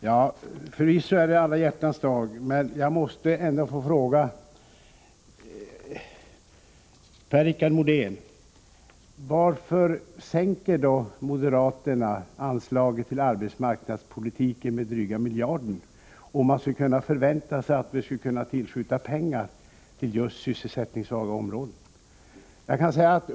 Herr talman! Förvisso är det Alla hjärtans dag, men jag måste ändå få fråga Per-Richard Molén: Varför vill moderaterna sänka anslaget på det arbetsmarknadspolitiska området med ungefär en miljard, om ni förväntar er att regeringen skall kunna tillskjuta pengar till just sysselsättningssvaga regioner?